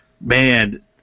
man